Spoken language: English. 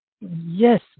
Yes